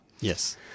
Yes